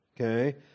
okay